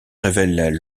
révèlent